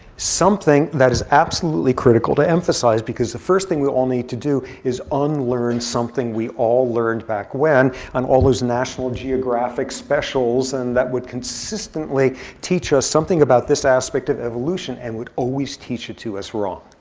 something that is absolutely critical to emphasize, because the first thing we all need to do is unlearn something we all learned back when on all those national geographic specials and that would consistently teach us something about this aspect of evolution, and would always teach it to us wrong.